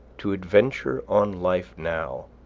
to adventure on life now,